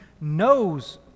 knows